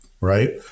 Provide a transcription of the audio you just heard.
right